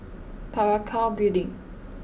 Parakou Building